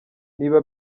niba